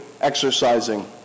exercising